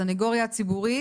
הסנגוריה הציבורית,